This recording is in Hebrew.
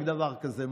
דבר כזה,